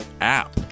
app